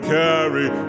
carry